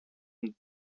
und